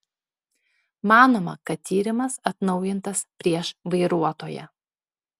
manoma kad tyrimas atnaujintas prieš vairuotoją